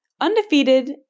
undefeated